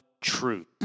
truth